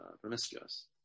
promiscuous